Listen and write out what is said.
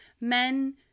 Men